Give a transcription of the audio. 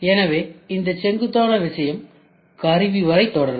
எனவே இந்த செங்குத்தான விஷயம் கருவி வரை தொடரும்